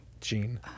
Gene